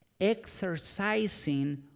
exercising